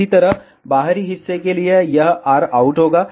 इसी तरह इस बाहरी हिस्से के लिए यह rout होगा